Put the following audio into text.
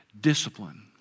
discipline